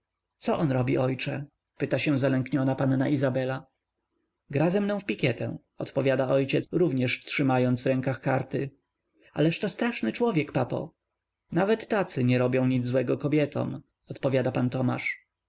co on robi ojcze pyta się zalękniona panna izabela gra ze mną w pikietę odpowiada ojciec również trzymając w rękach karty ależ to straszny człowiek papo nawet tacy nie robią nic złego kobietom odpowiada pan tomasz